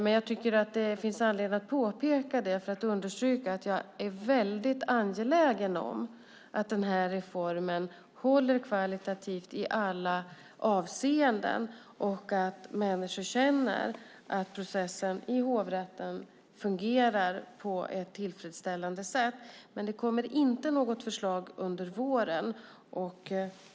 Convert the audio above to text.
Men jag tycker att det finns anledning att påpeka det för att understryka att jag är angelägen om att denna reform håller kvalitativt i alla avseenden och att människor känner att processen i hovrätten fungerar på ett tillfredsställande sätt. Men det kommer inte något förslag under våren.